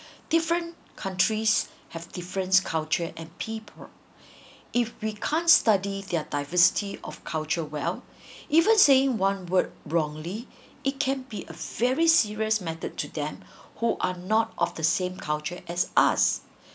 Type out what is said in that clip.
different countries have different culture and people if we can't study their diversity of culture well even saying one word wrongly it can be a very serious method to them who are not of the same culture as us